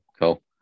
cool